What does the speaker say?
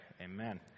Amen